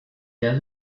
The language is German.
der